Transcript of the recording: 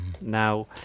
Now